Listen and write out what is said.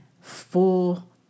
full